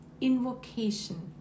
invocation